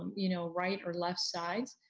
um you know right or left sides.